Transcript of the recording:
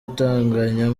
utunganya